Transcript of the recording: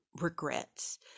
regrets